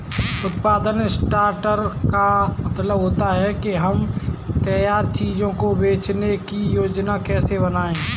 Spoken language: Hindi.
उत्पादन सॉर्टर का मतलब होता है कि हम तैयार चीजों को बेचने की योजनाएं कैसे बनाएं